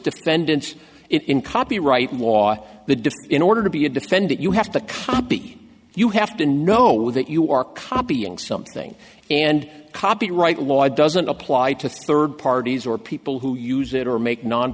defendants in copyright law the difference in order to be a defendant you have to copy you have to know that you are copying something and copyright law doesn't apply to third parties or people who use it or make non